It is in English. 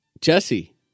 Jesse